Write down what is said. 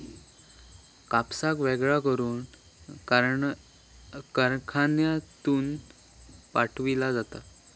कापसाक वेगळा करून कारखान्यातसून पाठविला जाता